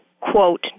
quote